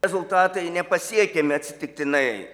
rezultatai nepasiekiami atsitiktinai